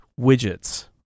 widgets